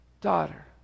daughter